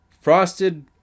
Frosted